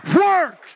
work